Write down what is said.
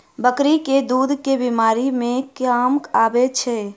बकरी केँ दुध केँ बीमारी मे काम आबै छै?